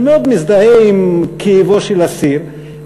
שמאוד מזדהה עם כאבו של אסיר,